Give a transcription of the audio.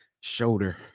shoulder